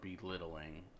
belittling